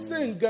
Sing